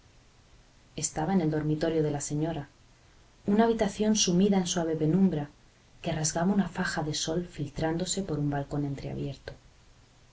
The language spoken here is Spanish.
estaba en el dormitorio de la señora una habitación sumida en suave penumbra que rasgaba una faja de sol filtrándose por un balcón